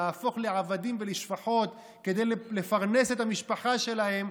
להפוך לעבדים ולשפחות כדי לפרנס את המשפחה שלהם,